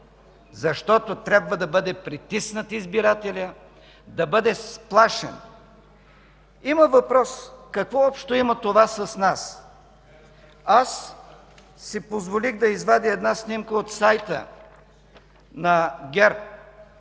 Защото трябва да бъде притиснат избирателят, да бъде сплашен! Има въпрос: какво общо има това с нас? Аз си позволих да извадя една снимка от сайта на ГЕРБ